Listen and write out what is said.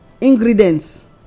ingredients